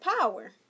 power